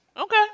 Okay